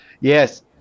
yes